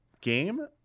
game